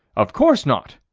of course not,